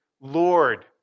Lord